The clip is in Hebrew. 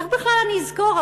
איך בכלל אני אזכור,